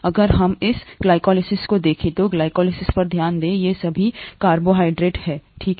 अगर हम इस ग्लाइकोलाइसिस को देखें तो ग्लाइकोलाइसिस पर ध्यान दें ये सभी कार्बोहाइड्रेट हैं ठीक है